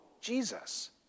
Jesus